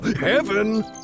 heaven